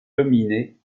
dominée